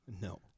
No